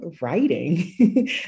writing